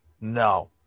No